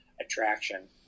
attraction